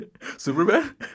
Superman